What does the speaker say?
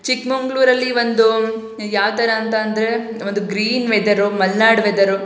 ಚಿಕ್ಮಗ್ಳೂರಲ್ಲಿ ಒಂದು ಯಾವ ಥರ ಅಂತ ಅಂದರೆ ಒಂದು ಗ್ರೀನ್ ವೆದರು ಮಲ್ನಾಡು ವೆದರು